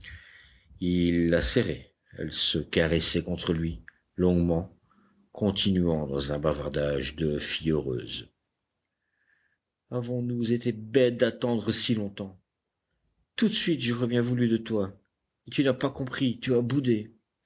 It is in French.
il la serrait elle se caressait contre lui longuement continuant dans un bavardage de fille heureuse avons-nous été bêtes d'attendre si longtemps tout de suite j'aurais bien voulu de toi et tu n'as pas compris tu as boudé